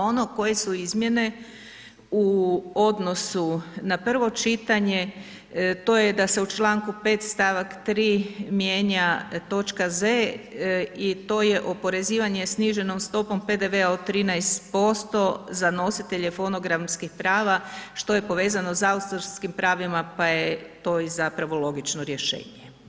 Ono koje su izmjene u odnosu na prvo čitanje, to je da se u čl. 5. st. 3. mijenja točka z) i to je oporezivanje sniženom stopom PDV-a od 13% za nositelje fonogramskih prava, što je povezano s autorskim pravima, pa je to i zapravo logično rješenje.